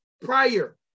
prior